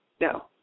No